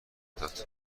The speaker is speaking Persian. داد